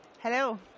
Hello